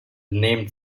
named